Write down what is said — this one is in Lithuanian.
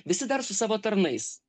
visi dar su savo tarnais